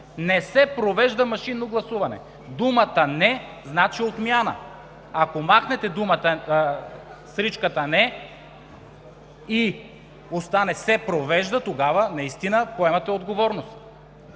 „не се провежда машинно гласуване“. Думата „не“ значи отмяна, ако махнете сричката „не“ и остане „се провеждат“, тогава наистина поемате отговорност.